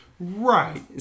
Right